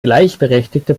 gleichberechtigte